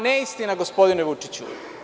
Neistina, gospodine Vučiću.